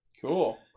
Cool